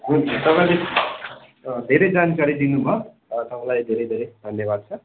हुन्छ तपाईँले धेरै जानकारी दिनुभयो र तपाईँलाई धेरै धेरै धन्यवाद छ